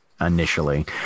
initially